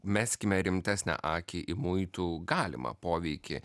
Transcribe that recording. meskime rimtesnę akį į muitų galimą poveikį